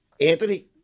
Anthony